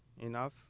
enough